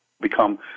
become